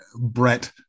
Brett